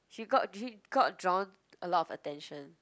she got got drawn a lot of attention